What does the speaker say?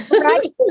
Right